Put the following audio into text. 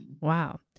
Wow